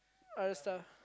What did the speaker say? other stuff